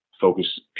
focus